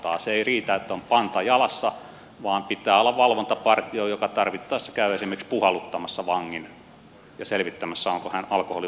se ei riitä että on panta jalassa vaan pitää olla valvontapartio joka tarvittaessa käy esimerkiksi puhalluttamassa vangin ja selvittämässä onko hän alkoholin vaikutuksen alaisena